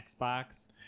xbox